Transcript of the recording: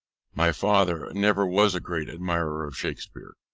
my father never was a great admirer of shakspeare,